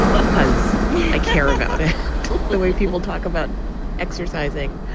cause i care about the way people talk about exercising.